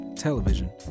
television